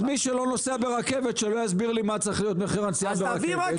אז מי שלא נוסע ברכבת שלא יסביר לי מה צריך להיות מחיר הנסיעה ברכבת,